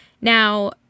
Now